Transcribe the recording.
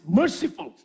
merciful